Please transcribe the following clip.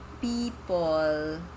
People